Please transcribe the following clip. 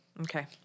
Okay